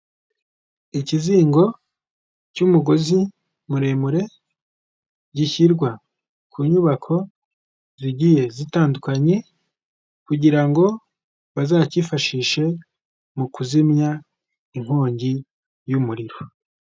Ikizingo cy'umugozi muremure gishyirwa ku nyubako zigiye zitandukanye kugira ngo bazacyifashishe mu kuzimya inkongi y'umuriro.